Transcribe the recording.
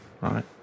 right